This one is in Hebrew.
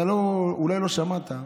אתה אולי לא שמעת,